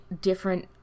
different